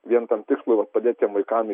vien tam tikslui vat padėt tiem vaikam